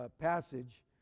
passage